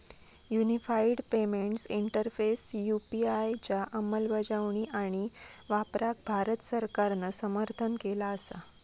unified payments interface UPI च्या अंमलबजावणी आणि वापराक भारत सरकारान समर्थन केला असा